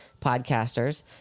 podcasters